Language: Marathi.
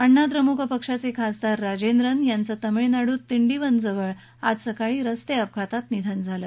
अण्णा द्रमुक पक्षाचे खासदार राजेंद्रन् यांचं तामिळनाडूत तिंडीवनजवळ आज सकाळी रस्ते अपघातात निधन झालं